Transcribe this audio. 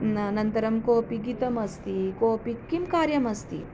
अनन्तरं कोपि गीतमस्ति कोपि किं कार्यमस्ति